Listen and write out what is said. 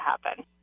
happen